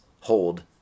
hold